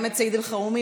גם את סעיד אלחרומי,